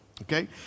okay